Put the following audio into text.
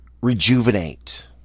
rejuvenate